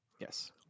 Yes